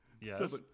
yes